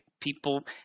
people